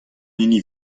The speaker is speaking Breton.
hini